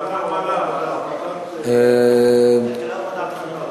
ועדת הכלכלה או ועדת המדע והטכנולוגיה.